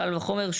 קל וחומר,